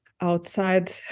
outside